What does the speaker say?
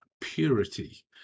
purity